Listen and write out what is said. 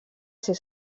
ser